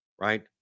right